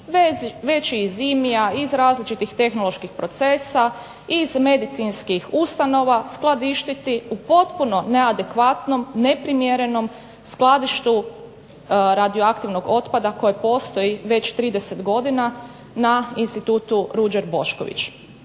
već iz IMI-a iz različitih tehnoloških procesa, iz medicinskih ustanova, uskladištiti u potpuno neadekvatnom, neprimjernom skladištu radioaktivnog otpada koji postoji već 30 godina na Institutu Ruđer Bošković.